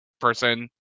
person